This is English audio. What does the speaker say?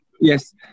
yes